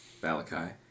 Balakai